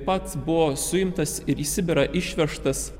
taip pat buvo suimtas ir į sibirą išvežtas